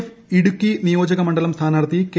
F Idukki നിയോജക മണ്ഡലം സ്ഥാനാർത്ഥി കെ